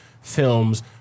films